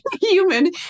human